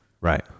Right